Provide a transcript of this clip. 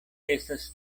estas